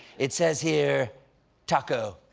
it says here taco.